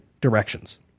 directions